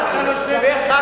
נתן לו שתי פנסיות.